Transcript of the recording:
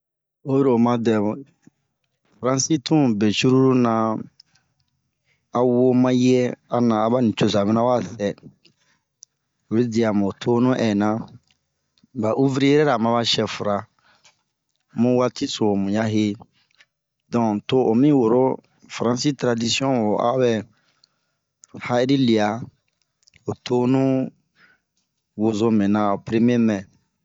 Oyi ro oma dɛmu, faransi tun be cururu na ,a wo mayɛ, ana aba nicoza mana wa sɛɛ. oyi diamu ho tonu ɛnna, ba uviriye ra ma ba sɛfu ra ,bun watiso mu ya hee.donk to omi woro faransi taradisiɔn woo abɛɛ ha'iri lia ho tonu wozomɛna nɛ a peremie mɛɛ.